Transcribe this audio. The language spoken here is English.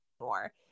more